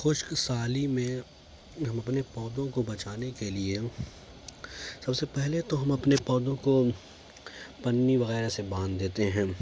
خشک سالی میں ہم اپنے پودوں کو بچانے کے لیے سب سے پہلے تو ہم اپنے پودوں كو پنّی وغیرہ سے باندھ دیتے ہیں